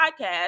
podcast